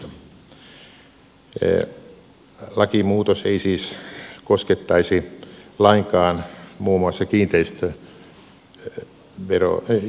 lakimuutos ei siis koskettaisi lainkaan muun muassa kiinteistöyhtiöitä